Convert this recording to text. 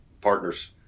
partners